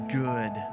good